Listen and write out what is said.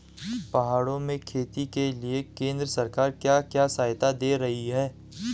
पहाड़ों में खेती के लिए केंद्र सरकार क्या क्या सहायता दें रही है?